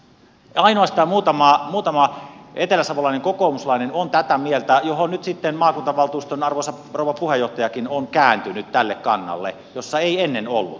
ainoastaan muutama eteläsavolainen kokoomuslainen on tätä mieltä ja maakuntavaltuuston arvoisa rouva puheenjohtajakin on kääntynyt tälle kannalle jolla ei ennen ollut